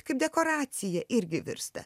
kaip dekoracija irgi virsta